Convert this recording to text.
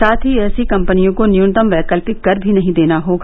साथ ही ऐसी कम्पनियों को न्यनतम वैकल्पिक कर भी नहीं देना होगा